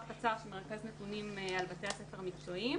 קצר שמרכז נתונים על בתי הספר המקצועיים,